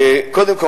קודם כול,